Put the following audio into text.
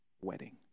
wedding